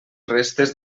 restes